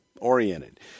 oriented